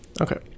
Okay